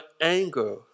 anger